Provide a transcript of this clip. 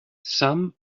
some